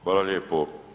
Hvala lijepo.